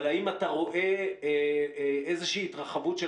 אבל האם אתה רואה איזושהי התרחבות של